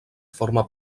forma